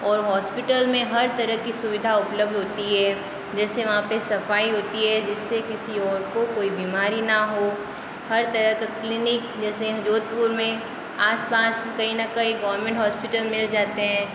और हॉस्पिटल में हर तरह की सुविधा उपलब्ध होती है जैसे वहाँ पे सफाई होती है जिससे किसी और को कोई बीमारी ना हो हर तरह का क्लीनिक जैसे यहाँ जोधपुर में आसपास कहीं ना कहीं गोवरमेंट हॉस्पिटल मिल जाते हैं